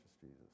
Jesus